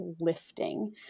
lifting